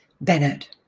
Bennett